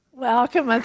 Welcome